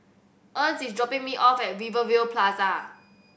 Ernst is dropping me off at Rivervale Plaza